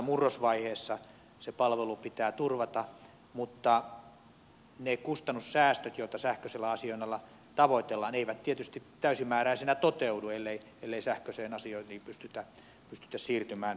murrosvaiheessa se palvelu pitää turvata mutta ne kustannussäästöt joita sähköisellä asioinnilla tavoitellaan eivät tietysti täysimääräisinä toteudu ellei sähköiseen asiointiin pystytä siirtymään pääsääntöisesti